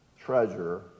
treasure